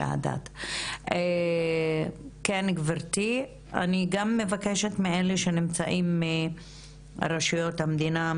אני גם מבקשת מאלה שנמצאים איתנו מטעם רשויות המדינה,